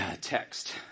text